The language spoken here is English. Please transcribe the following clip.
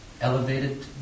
elevated